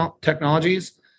technologies